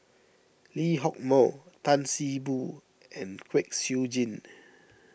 Lee Hock Moh Tan See Boo and Kwek Siew Jin